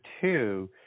two